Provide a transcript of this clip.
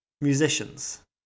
musicians